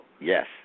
Yes